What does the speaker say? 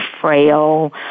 frail